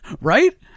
right